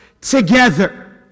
together